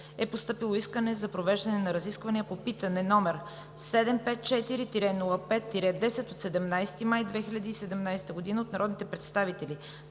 е постъпило искане за провеждане на разисквания по питане, № 754 -05-10, от 17 май 2017 г., от народните представители